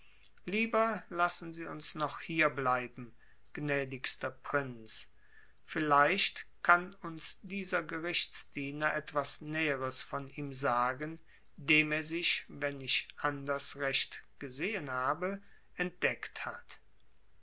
lieber lassen sie uns noch hier bleiben gnädigster prinz vielleicht kann uns dieser gerichtsdiener etwas näheres von ihm sagen dem er sich wenn ich anders recht gesehen habe entdeckt hat